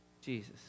Jesus